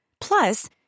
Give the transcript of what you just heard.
Plus